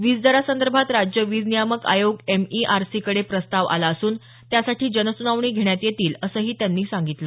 वीजदरांसंदर्भात राज्य वीज नियामक आयोग एम ई आर सीकडे प्रस्ताव आला असून त्यासाठी जनसुनावणी घेण्यात येतील असंही त्यांनी सांगितलं